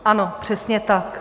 Ano, přesně tak.